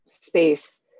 space